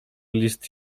list